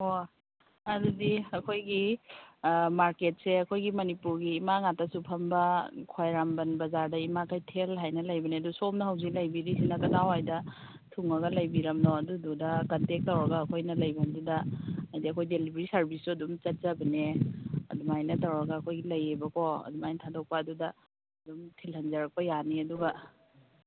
ꯑꯣ ꯑꯗꯨꯗꯤ ꯑꯩꯈꯣꯏꯒꯤ ꯃꯥꯔꯀꯦꯠꯁꯦ ꯑꯩꯈꯣꯏꯒꯤ ꯃꯅꯤꯄꯨꯔꯒꯤ ꯏꯃꯥ ꯉꯥꯛꯇꯁꯨ ꯐꯝꯕ ꯈ꯭ꯋꯥꯏꯔꯝꯕꯟ ꯕꯖꯥꯔꯗ ꯏꯃꯥ ꯀꯩꯊꯦꯜ ꯍꯥꯏꯅ ꯂꯩꯕꯅꯦ ꯑꯗꯨ ꯁꯣꯝꯅ ꯖꯧꯖꯤꯛ ꯂꯩꯕꯤꯔꯤꯁꯤꯅ ꯀꯗꯥꯏ ꯋꯥꯏꯗ ꯊꯨꯡꯉꯒ ꯂꯩꯕꯤꯔꯕꯅꯣ ꯑꯗꯨꯗꯨꯗ ꯀꯟꯇꯦꯛ ꯇꯧꯔꯒ ꯑꯩꯈꯣꯏꯅ ꯂꯩꯐꯝꯗꯨꯗ ꯍꯥꯏꯗꯤ ꯑꯩꯈꯣꯏ ꯗꯦꯂꯤꯕ꯭ꯔꯤ ꯁꯥꯔꯕꯤꯁꯁꯨ ꯑꯗꯨꯝ ꯆꯠꯆꯕꯅꯦ ꯑꯗꯨꯃꯥꯏꯅ ꯇꯧꯔꯒ ꯑꯩꯈꯣꯏꯒꯤ ꯂꯩꯌꯦꯕꯀꯣ ꯑꯗꯨꯃꯥꯏꯅ ꯊꯥꯗꯣꯛꯄ ꯑꯗꯨꯗ ꯑꯗꯨꯝ ꯊꯤꯜꯍꯟꯖꯔꯛꯄ ꯌꯥꯅꯤ ꯑꯗꯨꯒ